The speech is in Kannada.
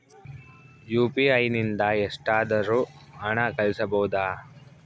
ಯು.ಪಿ.ಐ ನಿಂದ ಎಷ್ಟಾದರೂ ಹಣ ಕಳಿಸಬಹುದಾ?